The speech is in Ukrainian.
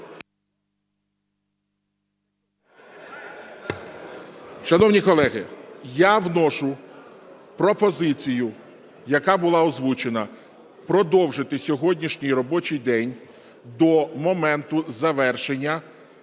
Шановні колеги, я вношу пропозицію, яка була озвучена, продовжити сьогоднішній робочий день до моменту завершення